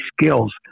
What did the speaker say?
skills